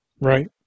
Right